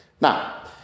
Now